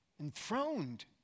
enthroned